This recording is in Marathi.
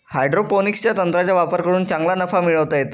हायड्रोपोनिक्सच्या तंत्राचा वापर करून चांगला नफा मिळवता येतो